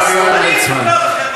השר ליצמן.